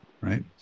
Right